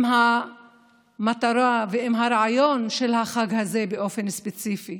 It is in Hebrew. עם המטרה ועם הרעיון של החג הזה באופן ספציפי,